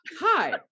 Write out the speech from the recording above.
Hi